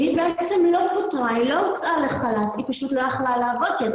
היא בעצם לא הוצאה לחל"ת אבל היא לא יכלה לעבוד כי היתה